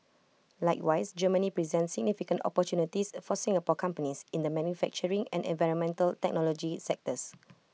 likewise Germany presents significant opportunities for Singapore companies in the manufacturing and environmental technology sectors